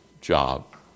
job